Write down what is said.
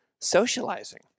socializing